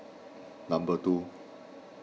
number two